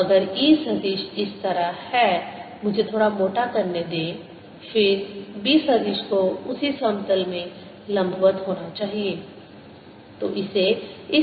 तो अगर E सदिश इस तरह है मुझे थोड़ा मोटा करने दें फिर B सदिश को उसी समतल में लंबवत होना चाहिए